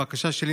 הבקשה שלי,